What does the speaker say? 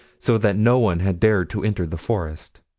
so that no one had dared to enter the forest.